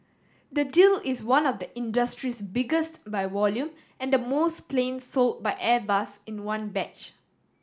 the deal is one of the industry's biggest by volume and most planes sold by Airbus in one batch